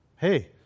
Hey